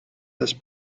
this